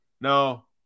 No